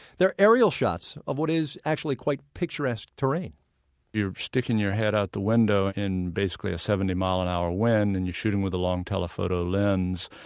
they're aerial shots of what is actually quite picturesque terrain you're sticking your head out the window in basically a seventy mile an hour wind, and you're shooting with a long telephoto lens,